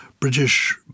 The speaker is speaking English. British